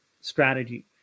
strategy